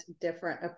different